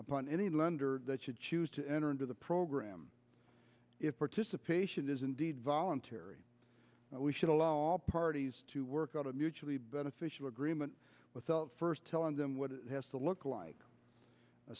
upon any lender that you choose to enter into the program if participation is indeed voluntary we should allow all parties to work out a mutually beneficial agreement without first telling them what it has to look like a